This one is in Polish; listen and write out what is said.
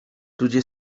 ludzie